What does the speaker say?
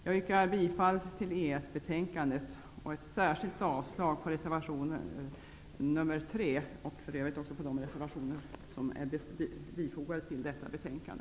Jag yrkar bifall till hemställan i EES-betänkandet och ett särskilt avslag på reservation nr 3 och för övrigt också på de reservationer som är fogade till detta betänkande.